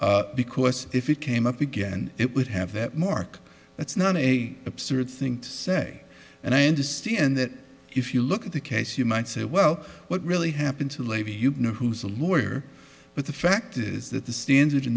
disputed because if it came up again it would have that mark that's not a absurd thing to say and i understand that if you look at the case you might say well what really happened to levy you know who's a lawyer but the fact is that the standard in